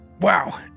Wow